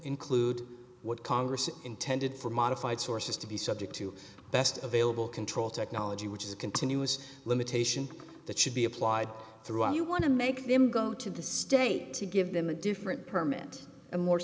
include what congress intended for modified sources to be subject to best available control technology which is a continuous limitation that should be applied through you want to make them go to the state to give them a different permit a more